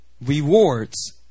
rewards